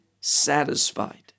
satisfied